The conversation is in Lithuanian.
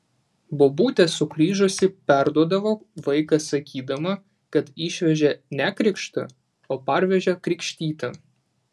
bobutė sugrįžusi perduodavo vaiką sakydama kad išvežė nekrikštą o parvežė krikštytą